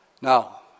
Now